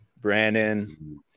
brandon